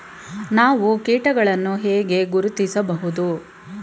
ನಾವು ಕೀಟಗಳನ್ನು ಹೇಗೆ ಗುರುತಿಸಬಹುದು?